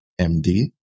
MD